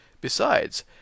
Besides